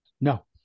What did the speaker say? No